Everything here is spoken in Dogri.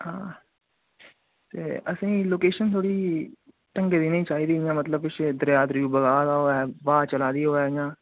आं ते असेंगी लोकेशन थोह्ड़ी ढंग्गे दी नेही चाहिदी मतलब इयां किश दरेआ दरेयू बगा दा होवे ब्हा चला दी होवे इयां